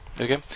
okay